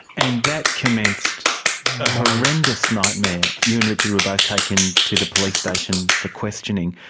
and that commenced a horrendous nightmare. you and richard were both taken to the police station for questioning.